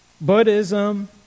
Buddhism